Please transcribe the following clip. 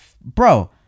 Bro